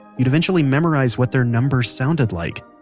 you'd eventually memorize what their number sounded like.